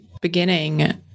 beginning